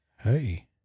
Hey